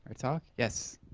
ah talk? yes?